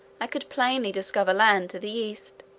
i could plainly discover land to the east,